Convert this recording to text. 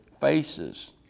faces